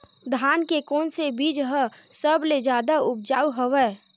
धान के कोन से बीज ह सबले जादा ऊपजाऊ हवय?